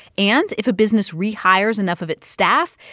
and if a business rehires enough of its staff,